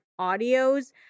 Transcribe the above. audios